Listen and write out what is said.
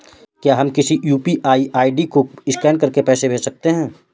क्या हम किसी यू.पी.आई आई.डी को स्कैन करके पैसे भेज सकते हैं?